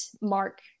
Mark